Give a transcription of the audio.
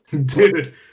Dude